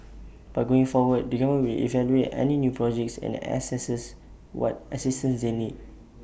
but going forward the government will evaluate any new projects and assess what assistance they need